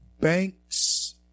banks